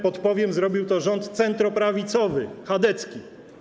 Podpowiem: zrobił to rząd centroprawicowy, chadecki.